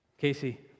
Casey